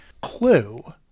clue